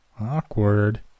Awkward